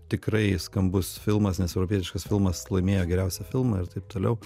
tikrai skambus filmas nes europietiškas filmas laimėjo geriausią filmą ir taip toliau